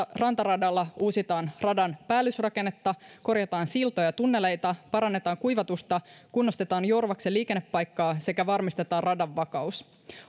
rantaradalla uusitaan radan päällysrakennetta korjataan siltoja ja tunneleita parannetaan kuivatusta kunnostetaan jorvaksen liikennepaikkaa sekä varmistetaan radan vakaus